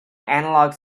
analog